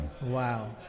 wow